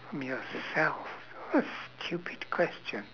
from yourself what a stupid question